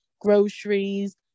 groceries